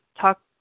talk